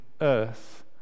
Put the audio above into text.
Earth